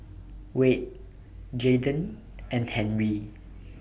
Wayde Jaiden and Henri